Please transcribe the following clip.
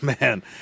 man